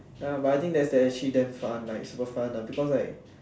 ya but I think that's actually damn fun like super fun ah because like